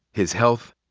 his health.